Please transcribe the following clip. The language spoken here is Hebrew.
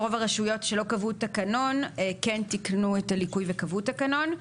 רוב הרשויות שלא קבעו תקנון כן תקנו את הליקוי וקבעו תקנון.